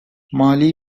mali